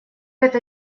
это